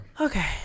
Okay